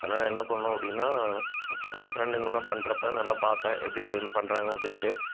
அதனால் என்ன பண்ணிணோம் அப்படினா ஃப்ரெண்டுங்களெல்லாம் பண்ணுறப்ப நல்லா பார்ப்பேன் எப்படி ஸ்விம் பண்ணுறாங்க அப்படின்ட்டு